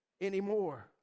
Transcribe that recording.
anymore